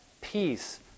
peace